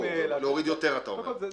להוריד יותר, אתה אומר.